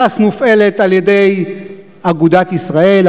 ש"ס מופעלת על-ידי אגודת ישראל,